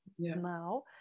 now